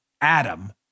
Adam